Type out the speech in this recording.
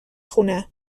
خونه